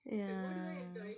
yeah